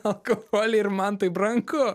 alkoholį ir man tai brangu